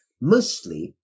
mostly